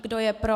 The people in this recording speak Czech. Kdo je pro?